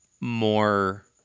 more